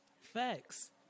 Facts